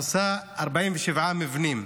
הרסה 47 מבנים,